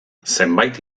zenbait